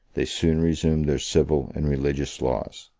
they soon resumed their civil and religious laws.